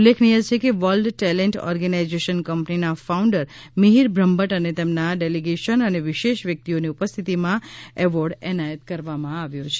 ઉલ્લેખનીય છે કે વર્લ્ડ ટેલેન્ટ ઓર્ગેનાઇઝેશન કંપનીના ફાઉન્ડર મિહિર બ્રહ્મભદ અને તેમના ડેલીગેસન અને વિશેષ વ્યક્તિઓની ઉપસ્થિતિમાં એવોર્ડ એનાયત કરવામાં આવ્યો છે